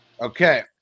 Okay